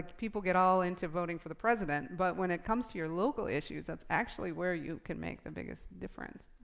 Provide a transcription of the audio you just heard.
people get all into voting for the president, but when it comes to your local issues, that's actually where you can make the biggest difference.